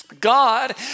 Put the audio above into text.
God